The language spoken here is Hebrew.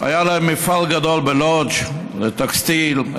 היה להם מפעל גדול בלודז' לטקסטיל,